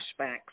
flashbacks